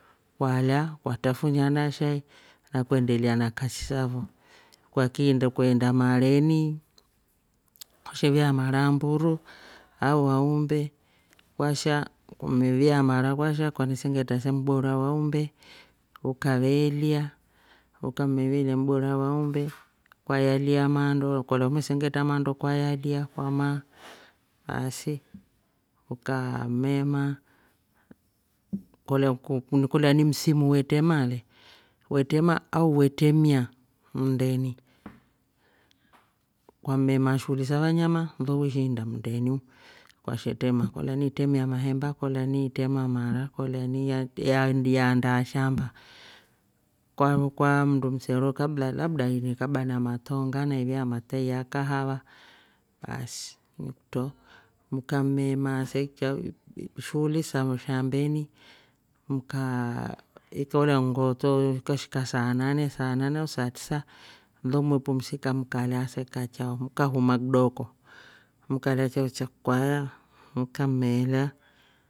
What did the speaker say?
Kwalya kwatrafunia na shai na kwendelea na kasi safo kwakiinda. kwenda mareni ukashevyaa mara a mburu au aumbe, kwasha kwamevyaa mara kwasha kwanesengetra se mbora wa umbe ukaveelya, ukameveelya mbora wa umbe kwa ilyaa mando we kolya umesengetra mando kwayaliya kwamaa baasi uka umemaa. kolya ni msimu wetrema le- we tera au we tremia mndeni kwammemaa shughuli savanyama nlo weshiinda mndeniu kwashe trema kolya ni itremia mahemba. kolya ni itrema mara. kolya ya ni ya- yaanda shamba kwa- kwa mndu msero kabla, labda inekaba na matonga na ivyaa matei ya kahava baasi nikutro. Ukamee maaa se chao- shughuli sa shambeni ukaa we kolya ng'oto ikashika saa nane- saa nane au saa tisa nlo mwepumsika mkalya se kachao mkahuma kidoko. mkala chao cha kwaya mkaamelya